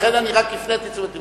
לכן, אני רק הפניתי את תשומת לבו.